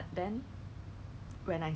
喷蚊子的那种 spray